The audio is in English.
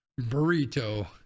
Burrito